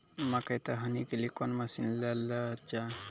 मकई तो हनी के लिए कौन मसीन ले लो जाए?